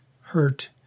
hurt